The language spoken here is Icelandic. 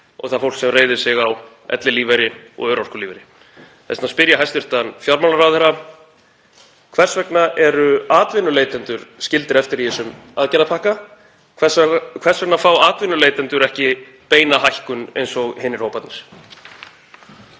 og það fólk sem reiðir sig á ellilífeyri og örorkulífeyri. Þess vegna spyr ég hæstv. fjármálaráðherra: Hvers vegna eru atvinnuleitendur skildir eftir í þessum aðgerðapakka? Hvers vegna fá atvinnuleitendur ekki beina hækkun eins og hinir hóparnir?